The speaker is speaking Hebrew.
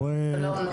בבקשה.